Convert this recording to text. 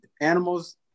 animals